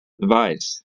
device